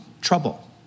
trouble